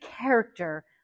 character